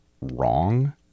wrong